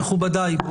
תודה, מכובדיי.